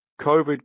COVID